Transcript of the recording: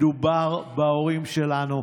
מדובר בהורים שלנו.